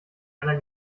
einer